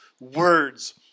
words